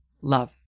love